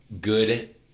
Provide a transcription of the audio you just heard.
good